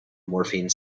morphine